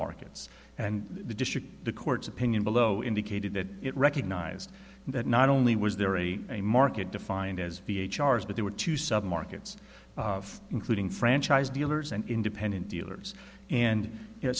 markets and the district the court's opinion below indicated that it recognised that not only was there a a market defined as v h r's but there were two sub markets including franchise dealers and independent dealers and